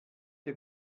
der